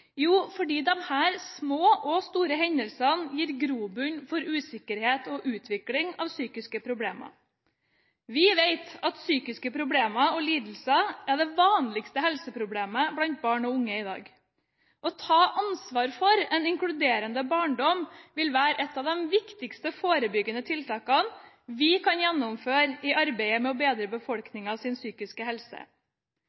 Jo, fordi disse små og store hendelsene gir grobunn for usikkerhet og utvikling av psykiske problemer. Vi vet at psykiske problemer og lidelser er det vanligste helseproblemet blant barn og unge i dag. Å ta ansvar for en inkluderende barndom vil være et av de viktigste forebyggende tiltakene vi kan gjennomføre i arbeidet med å bedre